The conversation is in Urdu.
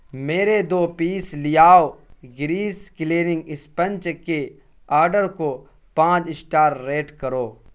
میرے دو پیس لے آؤ گریس کلیننگ اسپنج کے آڈر کو پانچ اسٹار ریٹ کرو